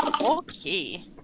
Okay